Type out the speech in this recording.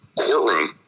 courtroom